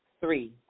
Three